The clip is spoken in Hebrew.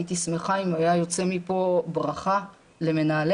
היית ישמחה אם הייתה יוצאת מפה ברכה למנהלי